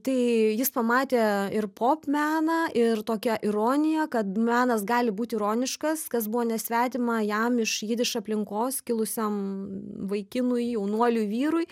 tai jis pamatė ir pop meną ir tokią ironiją kad menas gali būt ironiškas kas buvo nesvetima jam iš jidiš aplinkos kilusiam vaikinui jaunuoliui vyrui